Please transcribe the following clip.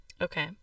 Okay